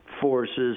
Forces